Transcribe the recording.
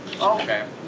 okay